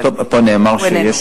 אבל הוא איננו.